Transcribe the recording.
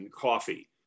Coffee